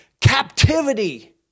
captivity